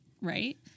Right